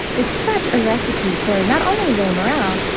is such a recipe for, not only low morale,